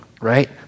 right